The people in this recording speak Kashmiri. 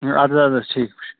اَدٕ حظ اَدٕ حظ ٹھیٖک چھُ